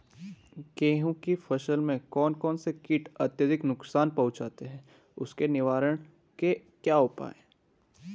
गेहूँ की फसल में कौन कौन से कीट अत्यधिक नुकसान पहुंचाते हैं उसके निवारण के क्या उपाय हैं?